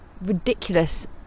ridiculous